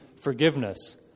forgiveness